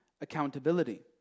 accountability